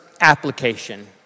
application